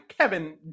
Kevin